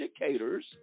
educators